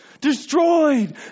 Destroyed